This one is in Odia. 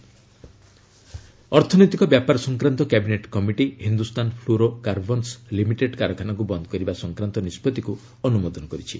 ସିସିଇଏ ଅର୍ଥନୈତିକ ବ୍ୟାପାର ସଂକ୍ରାନ୍ତ cabinet committee Hindustan fluorocarbons limited କାରଖାନାକୁ ବନ୍ଦ କରିବା ସଂକ୍ରାନ୍ତ ନିଷ୍ପଭିକୁ ଅନୁମୋଦନ କରିଛି